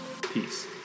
Peace